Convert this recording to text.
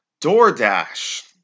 DoorDash